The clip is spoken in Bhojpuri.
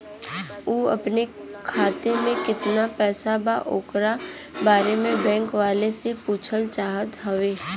उ अपने खाते में कितना पैसा बा ओकरा बारे में बैंक वालें से पुछल चाहत हवे?